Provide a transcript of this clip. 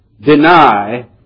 deny